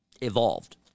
evolved